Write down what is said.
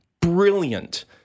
brilliant